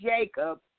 Jacob